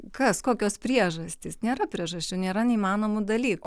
kas kokios priežastys nėra priežasčių nėra neįmanomų dalykų